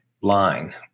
line